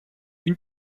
une